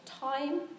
time